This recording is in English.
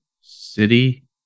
city